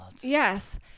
Yes